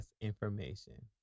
information